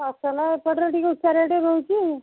ଫସଲ ଏପଟରେ ଟିକିଏ ଉଚ୍ଚା ରେଟ୍ ରହୁଛି